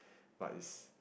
but its